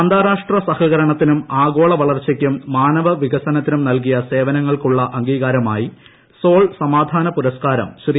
അന്താരാഷ്ട്ര സഹകരണത്തിനും ആഗോള വളർച്ചയ്ക്കും മാനവ വികസനത്തിനും നൽകിയ സേവനങ്ങൾക്കുള്ള അംഗീകാരമായി സോൾ സമാധാന പുരസ്കാരം ശ്രീ